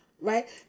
Right